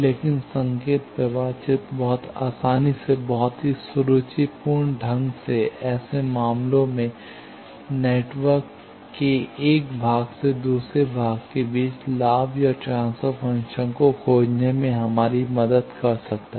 लेकिन संकेत प्रवाह चित्र बहुत आसानी से बहुत ही सुरुचिपूर्ण ढंग से ऐसे मामलों में नेटवर्क के एक भाग से दूसरे भाग के बीच लाभ या ट्रांसफर फ़ंक्शन को खोजने में हमारी मदद कर सकता है